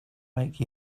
make